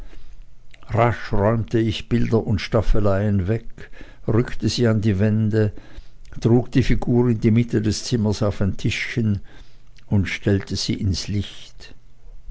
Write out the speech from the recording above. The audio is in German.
räumte ich bilder und staffeleien weg rückte sie an die wände trug die figur in die mitte des zimmers auf ein tischchen und stellte sie ins licht